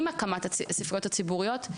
עם הקמת הספריות הציבוריות,